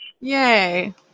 Yay